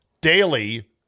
daily